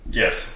yes